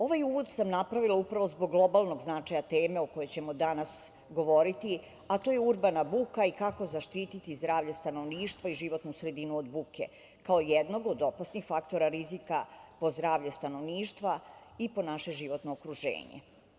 Ovaj uvod sam napravila upravo zbog globalnog značaja teme o kojoj ćemo danas govoriti, a to je urbana buka i kako zaštiti zdravlje stanovništva i životnu sredinu od buke kao jednog od opasnih faktora rizika po zdravlje stanovništva i po naše životno okruženje.